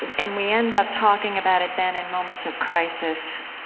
and we end up talking about it then in moments of crisis.